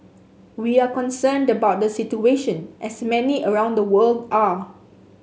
we are concerned about the situation as many around the world are